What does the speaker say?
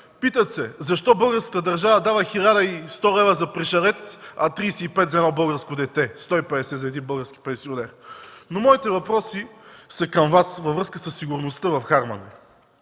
Питат се: защо българската държава дава 1100 лв. за пришълец, а 35 за едно българско дете и 150 за един български пенсионер? Моите въпроси към Вас са във връзка със сигурността в Харманли: